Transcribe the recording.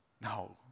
No